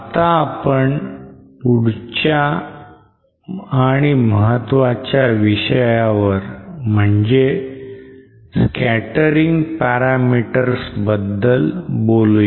आता आपण पुढच्या आणि महत्वाच्या विषयावर म्हणजे scattering parameters बद्दल बोलूया